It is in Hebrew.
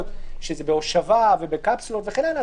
שזה בהושבה ובקפסולות וכן הלאה,